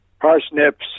parsnips